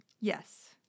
Yes